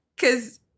Cause